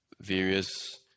various